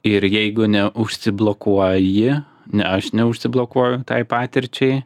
ir jeigu neužsiblokuoji ne aš ne užsiblokuoju tai patirčiai